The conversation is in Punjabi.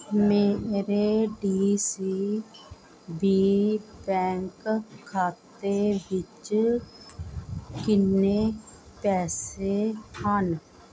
ਮੇਰੇ ਡੀ ਸੀ ਬੀ ਬੈਂਕ ਖਾਤੇ ਵਿੱਚ ਕਿੰਨੇ ਪੈਸੇ ਹਨ